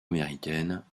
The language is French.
américaines